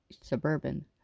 Suburban